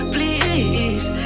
Please